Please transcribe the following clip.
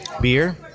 beer